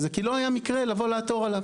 זה כי לא היה מקרה לבוא לעתור עליו.